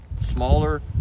Smaller